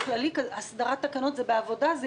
הסדרת תקנות זה בעבודה?